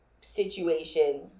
situation